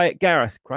Gareth